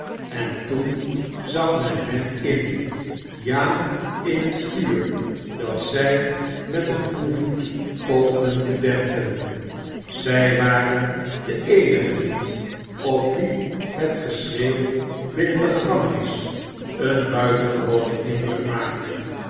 en toen zag men hen in ja in het vuur dat zij met een koevoet poogden te j m waren de eenigen niet op wie het geschreeuw binnnen de gevangenis een buitlngewonen indruk m aakte